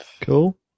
Cool